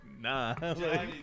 Nah